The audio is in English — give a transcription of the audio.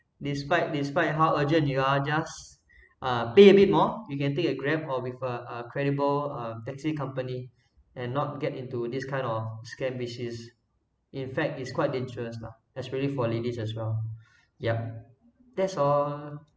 despite despite how urgent you are just uh pay a bit more you can take a grab or with a a credible um taxi company and not get into this kind of scam which is in fact it's quite dangerous lah especially for ladies as well yup that's all